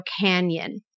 canyon